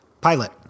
Pilot